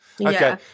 Okay